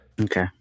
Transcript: okay